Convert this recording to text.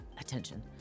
attention